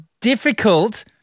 difficult